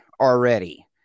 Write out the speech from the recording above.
already